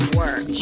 work